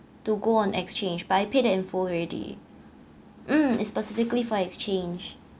to go on exchange but I paid it in full already mm it's specifically for exchange